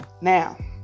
Now